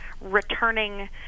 returning